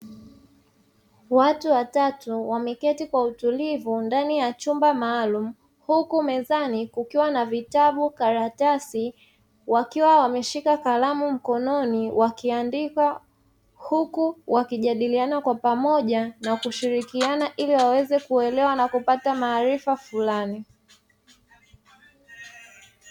Watu watatu wameketi kwa utulivu ndani ya chumba maalumu huku mezani kukiwa na vitabu karatasi wakiwa wameshika kalamu mkononi wakiandika, huku wakijadiliana kwa pamoja na kushirikiana ili waweze kuelewa na kupata maarifa fulani.